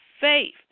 faith